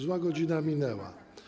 Zła godzina minęła.